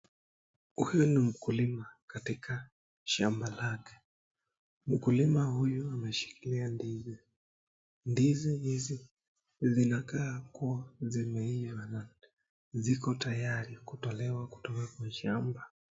Huyu ni mkulima katika shamba lake, mkulima huyu ameshikilia ndizi, ndizi hizi zinakaa kwa zimeiva ziko tayari kutolewa kwenye shamba.